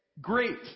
great